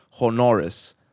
Honoris